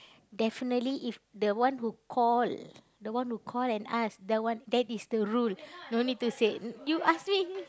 definitely if the one who call the one who call and ask that one that is the rule no need to say you ask me